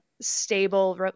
stable